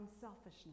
selfishness